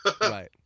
Right